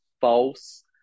false